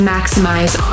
Maximize